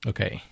Okay